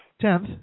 Tenth